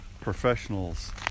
professionals